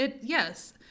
Yes